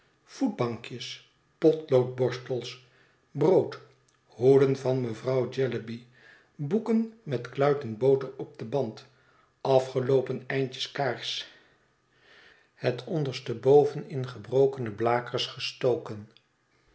zakjes voetbankjes potloodborstels brood hoeden van mevrouw jellyby boeken met kluiten boter op den band afgeloopen eindjes kaars het onderste boven in gebrokene blakers gestoken